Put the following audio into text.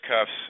cuffs